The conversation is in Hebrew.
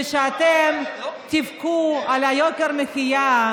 וכשאתם תבכו על יוקר המחיה,